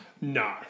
No